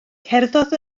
cerddodd